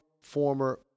former